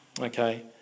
Okay